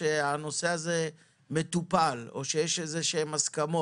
הנושא הזה מטופל ושיש הסכמות.